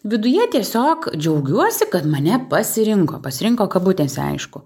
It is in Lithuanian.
viduje tiesiog džiaugiuosi kad mane pasirinko pasirinko kabutėse aišku